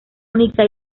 única